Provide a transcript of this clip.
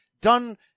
done